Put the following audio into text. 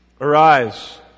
Arise